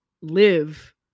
live